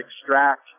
extract